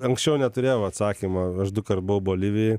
anksčiau neturėjau atsakymo aš dukart buvau bolivijoj